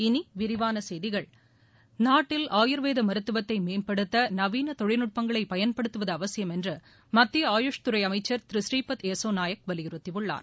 இனி விரிவான செய்திகள் நாட்டில் ஆயுர்வேத மருத்துவத்தை மேம்படுத்த நவீன தொழில் நுட்பங்களை பயன்படுத்துவது அவசியம் என்று மத்திய ஆயுஷ் துறை அமைச்சர் திரு ஸ்ரீபாத் எஸ்ஸோ நாயக் வலியுறுத்தியுள்ளார்